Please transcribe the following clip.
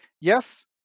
yes